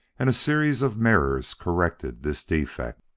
and a series of mirrors corrected this defect.